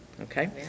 Okay